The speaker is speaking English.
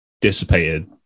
dissipated